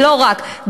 ולא רק,